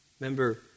Remember